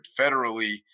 federally